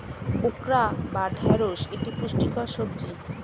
okra বা ঢ্যাঁড়স একটি পুষ্টিকর সবজি